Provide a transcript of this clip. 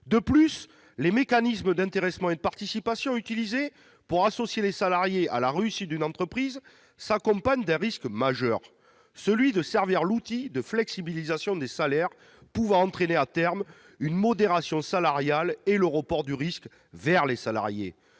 De plus, les mécanismes d'intéressement et de participation utilisés pour associer les salariés à la réussite d'une entreprise s'accompagnent d'un risque majeur : celui de servir d'outil de flexibilisation des salaires, pouvant entraîner à terme une modération salariale et le report du risque vers les salariés.